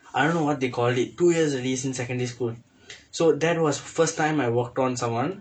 I don't know what they called it two years already since secondary school so that was first time I walked on someone